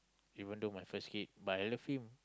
even though my first kid but I love him